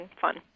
fun